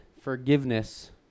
forgiveness